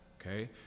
okay